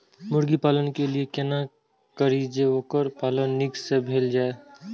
मुर्गी पालन के लिए केना करी जे वोकर पालन नीक से भेल जाय?